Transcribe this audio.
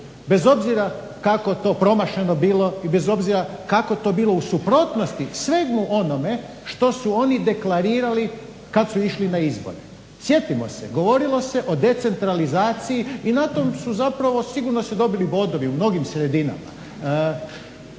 bez obzira kako to promašeno bilo i bez obzira kako to bilo u suprotnosti svemu onome što su oni deklarirali kad su išli na izbore. Sjetimo se, govorilo se o decentralizaciji i na tom su zapravo sigurno se dobili bodovi u mnogim sredinama.